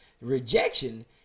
Rejection